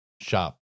shop